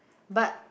but